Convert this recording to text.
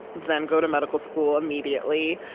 then go to medical school, immediately.